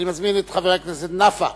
אני מזמין את חבר הכנסת נפאע